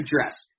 address